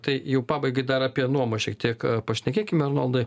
tai pabaigai dar apie nuomą šiek tiek pašnekėkime arnoldai